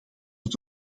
het